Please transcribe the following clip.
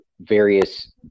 various